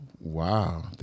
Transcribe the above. Wow